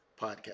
podcast